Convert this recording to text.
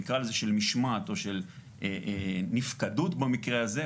נקרא לזה של משמעת או של נפקדות במקרה הזה,